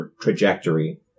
trajectory